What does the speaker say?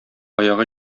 аягы